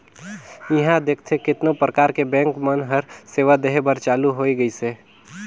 इहां देखथे केतनो परकार के बेंक मन हर सेवा देहे बर चालु होय गइसे